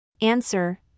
Answer